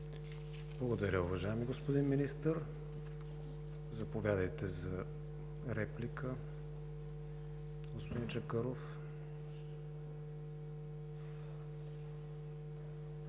Благодаря, уважаеми господин Министър. Заповядайте за реплика, господин Чакъров.